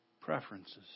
preferences